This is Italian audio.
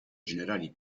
generali